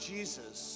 Jesus